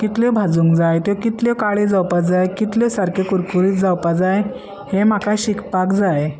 कितल्यो भाजूंक जाय त्यो कितल्यो काळें जावपाक जाय कितल्यो सारक्यो कुरकुरीत जावपा जाय हे म्हाका शिकपाक जाय